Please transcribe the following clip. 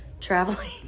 traveling